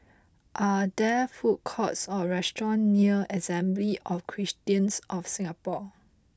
are there food courts or restaurants near Assembly of Christians of Singapore